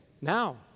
Now